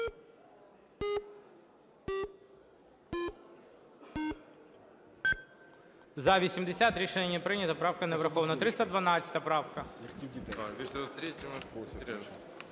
За-80 Рішення не прийнято, правка не врахована. 312 правка.